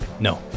No